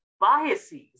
biases